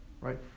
Right